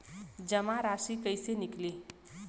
जमा राशि कइसे निकली?